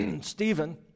Stephen